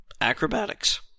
Acrobatics